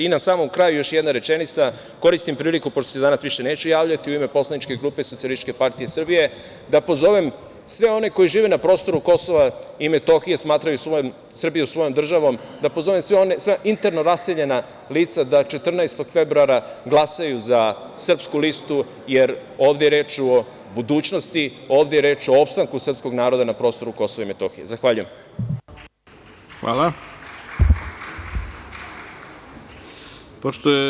Na samom kraju još jedna rečenica, koristim priliku pošto se danas više neću javljati, u ime poslaničke grupe SPS da pozovem sve one koji žive na prostoru Kosova i Metohije, smatraju Srbiju svojom državom, da pozovem sva ona interno raseljena lica da 14. februara glasaju za Srpsku listu, jer ovde je reč o budućnosti, ovde je reč o opstanku srpskog naroda na prostoru Kosova i Metohije.